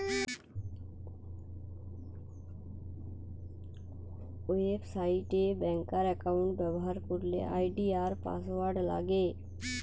website এ ব্যাংকার account ব্যবহার করলে আই.ডি আর পাসওয়ার্ড লাগে